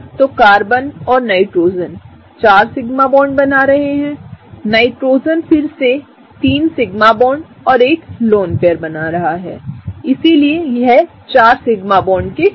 तो कार्बन और nitrogen 4 sigma bond बना रहे हैं नाइट्रोजन फिर से 3 सिग्मा बॉन्ड और एक लोन पेयर है इसलिए यह 4 सिग्मा बॉन्ड के समान है